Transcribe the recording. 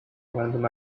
random